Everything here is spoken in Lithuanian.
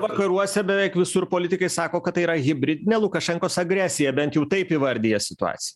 vakaruose beveik visur politikai sako kad tai yra hibridinė lukašenkos agresija bent jau taip įvardija situaciją